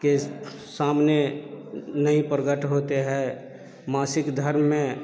के सामने नहीं प्रकट होते है मासिक धर्म में